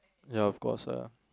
ya of course ah